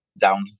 down